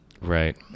Right